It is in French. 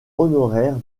honoraire